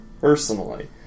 personally